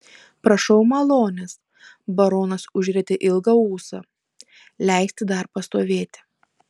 prašau malonės baronas užrietė ilgą ūsą leisti dar pastovėti